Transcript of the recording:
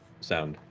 sound.